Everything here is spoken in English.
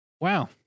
wow